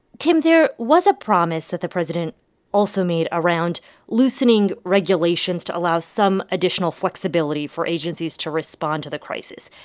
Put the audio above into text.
tim, there was a promise that the president also made around loosening regulations to allow some additional flexibility for agencies to respond to the crisis.